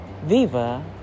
Viva